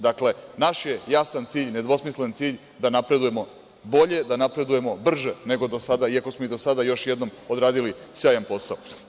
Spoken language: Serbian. Dakle, naš je jasan cilj, nedvosmislen cilj da napredujemo bolje, da napredujemo brže nego do sada, iako smo i do sada još jednom odradili sjajan posao.